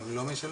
הן לא משלמות.